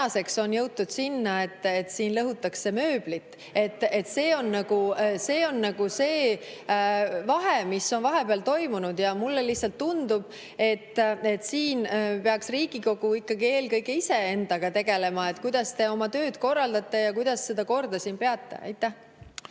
on jõutud selleni, et siin lõhutakse mööblit. (Hääled saalis.) See on see vahe, mis on vahepeal toimunud, ja mulle lihtsalt tundub, et Riigikogu peaks ikkagi eelkõige iseendaga tegelema, kuidas te oma tööd korraldate ja kuidas seda korda siin peate. Aitäh!